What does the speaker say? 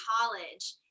college